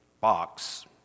box